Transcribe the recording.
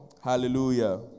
hallelujah